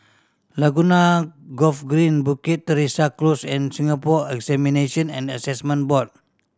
Laguna Golf Green Bukit Teresa Close and Singapore Examination and Assessment Board